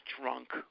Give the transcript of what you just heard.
drunk